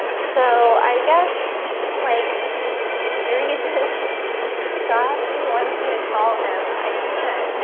so, i guess like there he said sachi wants me to call him. i can't